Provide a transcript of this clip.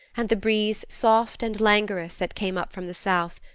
and the breeze soft and languorous that came up from the south,